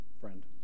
friend